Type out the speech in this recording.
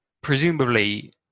presumably